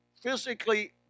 physically